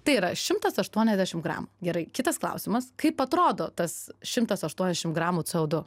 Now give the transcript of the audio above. tai yra šimtas aštuoniasdešim gramų gerai kitas klausimas kaip atrodo tas šimtas aštuoniasdešim gramų co du